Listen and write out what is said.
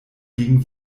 gegen